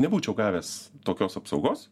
nebūčiau gavęs tokios apsaugos